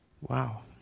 Wow